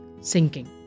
sinking